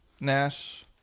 Nash